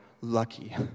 lucky